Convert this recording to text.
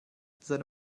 seine